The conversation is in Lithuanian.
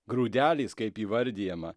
grūdeliais kaip įvardijama